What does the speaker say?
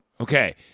Okay